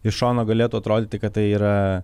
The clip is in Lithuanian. iš šono galėtų atrodyti kad tai yra